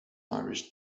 irish